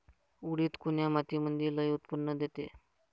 उडीद कोन्या मातीमंदी लई उत्पन्न देते?